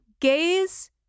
Gaze